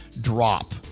drop